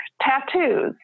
tattoos